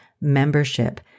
membership